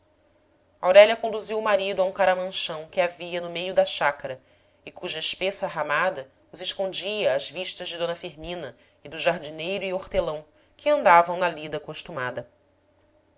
aurélia conduziu o marido a um caramanchão que havia no meio da chácara e cuja espessa ramada os escondia às vistas de d fimina e do jardineiro e hortelão que andavam na lida costumada